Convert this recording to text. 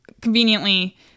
conveniently